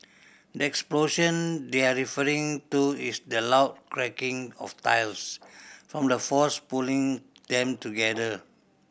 the explosion they're referring to is the loud cracking of tiles from the force pulling them together